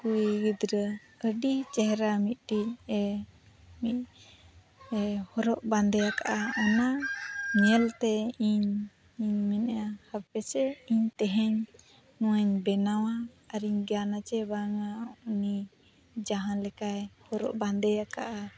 ᱠᱩᱲᱤ ᱜᱤᱫᱽᱨᱟᱹ ᱟᱹᱰᱤ ᱪᱮᱦᱨᱟ ᱢᱤᱫᱴᱤᱡ ᱮ ᱢᱤᱫ ᱦᱚᱨᱚᱜᱼᱵᱟᱸᱫᱮ ᱟᱠᱟᱫᱼᱟ ᱚᱱᱟ ᱧᱮᱞᱛᱮ ᱤᱧ ᱢᱮᱱᱮᱫᱼᱟ ᱦᱟᱯᱮᱥᱮ ᱤᱧ ᱛᱮᱦᱮᱧ ᱱᱚᱣᱟᱧ ᱵᱮᱱᱟᱣᱟ ᱟᱨᱤᱧ ᱜᱟᱱ ᱪᱮ ᱵᱟᱝᱟ ᱩᱱᱤ ᱡᱟᱦᱟᱸ ᱞᱮᱠᱟᱭ ᱦᱚᱨᱚᱜᱼᱵᱟᱸᱫᱮ ᱟᱠᱟᱜᱼᱟ